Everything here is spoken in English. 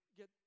get